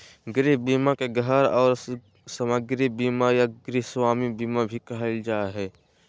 गृह बीमा के घर आर सामाग्री बीमा या गृहस्वामी बीमा भी कहल जा हय